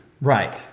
Right